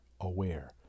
aware